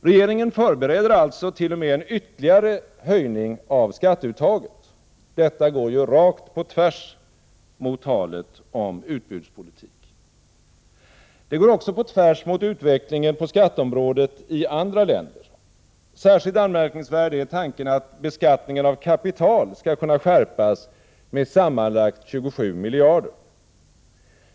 Regeringen förbereder alltså t.o.m. en ytterligare höjning av skatteuttaget. Detta går ju rakt på tvärs mot talet om utbudspolitik. Det går också på tvärs mot utvecklingen på skatteområdet i andra länder. Särskilt anmärkningsvärd är tanken att beskattningen av kapital skulle kunna skärpas med sammanlagt 27 miljarder.